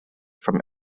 from